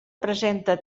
presenta